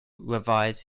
revise